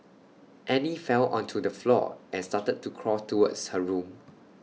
Annie fell onto the floor and started to crawl towards her room